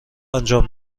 انجام